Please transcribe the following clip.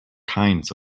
kinds